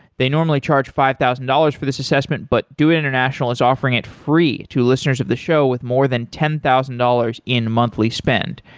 they normally charge five thousand dollars for this assessment, but doit international is offering it free to listeners of the show with more than ten thousand dollars in monthly spend.